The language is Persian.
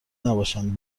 نباشند